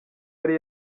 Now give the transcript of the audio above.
yari